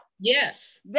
Yes